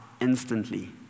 instantly